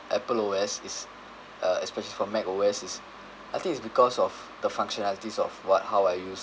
apple O_S is uh especially from mac O_S is I think it's because of the functionalities of what how I use